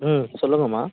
ம் சொல்லுங்கம்மா